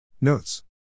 Notes